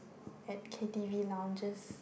at K_T_V lounges